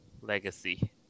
legacy